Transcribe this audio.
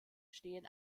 stehen